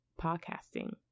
podcasting